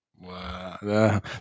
Wow